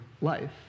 life